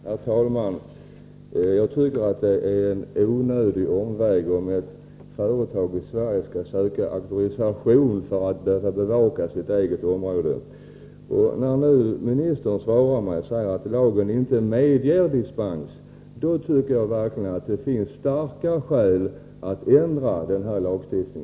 Herr talman! Jag tycker det är en onödig omväg om ett företag i Sverige skall söka auktorisation för att bevaka sitt eget område. När justitieministern nu svarar mig att lagen inte medger dispens, då tycker jag verkligen att det finns starka skäl att ändra denna lagstiftning.